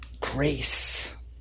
grace